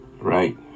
Right